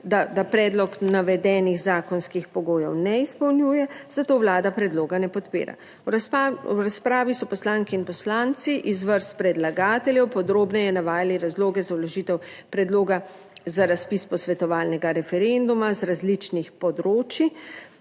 da predlog navedenih zakonskih pogojev ne izpolnjuje, zato Vlada predloga ne podpira. V razpravi so poslanke in poslanci iz vrst predlagateljev podrobneje navajali razloge za vložitev predloga za razpis posvetovalnega referenduma z različnih področij